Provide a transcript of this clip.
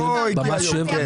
מס שבח?